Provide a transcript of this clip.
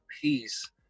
peace